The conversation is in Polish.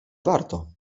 warto